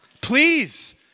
Please